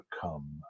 come